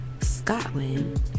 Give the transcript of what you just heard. Scotland